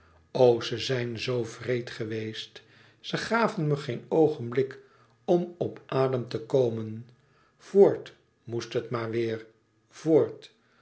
ze zijn zoo wreed geweest ze gaven me geen oogenblik om op adem te komen voort moest het maar weêr voort